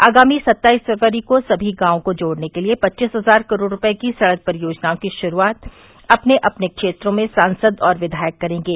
आगामी सत्ताईस फरवरी को सभी गांवों को जोड़ने के लिये पच्चीस हज़ार करोड़ रूपये की सड़क परियोजनाओं की शुरूआत अपने अपने क्षेत्रों में सांसद और विघायक करेंगे